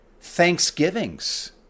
thanksgivings